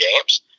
games